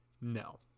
No